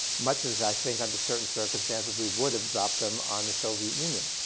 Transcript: much as i think, under certain circumstances, we would have dropped them on the soviet union.